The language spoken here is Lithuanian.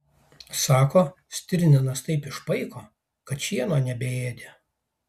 sako stirninas taip išpaiko kad šieno nebeėdė